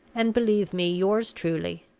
and believe me yours truly,